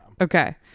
Okay